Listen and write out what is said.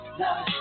love